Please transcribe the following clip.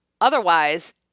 otherwise